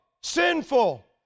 sinful